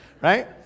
Right